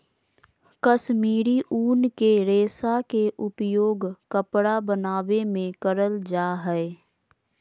कश्मीरी उन के रेशा के उपयोग कपड़ा बनावे मे करल जा हय